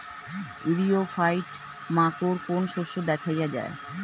ইরিও ফাইট মাকোর কোন শস্য দেখাইয়া যায়?